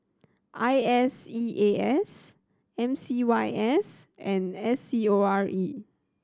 I S E A S M C Y S and S C O R E